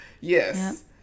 yes